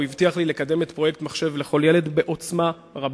והוא הבטיח לי לקדם את פרויקט "מחשב לכל ילד" בעוצמה רבה.